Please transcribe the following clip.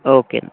okay എന്നാൽ